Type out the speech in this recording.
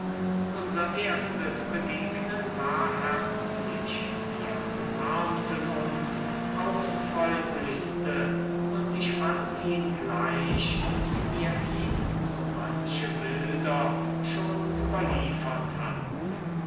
unser erstes begegnen war herzlich wir umarmten uns aufs freundlichste und ich fand ihn gleich wie mir ihn so manche bilder schon überliefert hatten